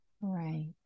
Right